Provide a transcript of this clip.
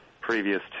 previous